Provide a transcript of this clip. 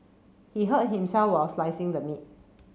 he hurt himself while slicing the meat